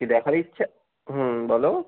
কী দেখার ইচ্ছা হুম বলো